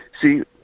See